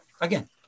Again